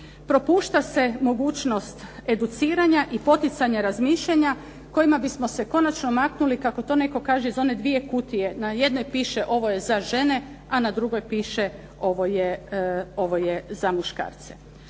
propušta se mogućnost educiranja i poticanja razmišljanja kojima bismo se konačno maknuli kako to netko kaže iz one dvije kutije. Na jednoj piše ovo je za žene, a na drugoj piše ovo je za muškarce.